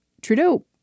Trudeau